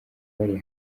bari